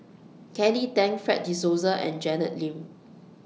Kelly Tang Fred De Souza and Janet Lim